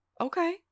Okay